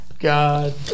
God